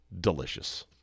delicious